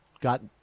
got